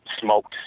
smoked